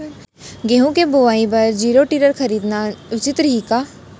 गेहूँ के बुवाई बर जीरो टिलर खरीदना उचित रही का?